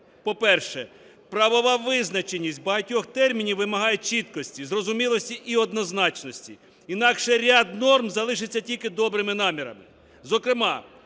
По-перше, правова визначеність багатьох термінів вимагає чіткості, зрозумілості і однозначності, інакше ряд норм залишаться тільки добрими намірами.